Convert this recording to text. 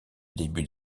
début